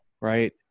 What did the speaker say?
right